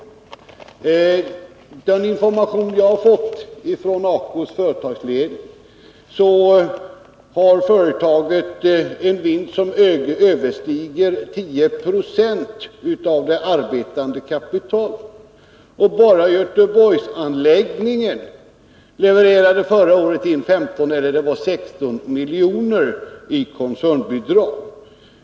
Enligt den information jag fått från ACO:s företagsledning har företaget en vinst som överstiger 10 70 av det arbetande kapitalet. Bara Göteborgsanläggningen levererade förra året in 15 eller 16 milj.kr. i koncernbidrag.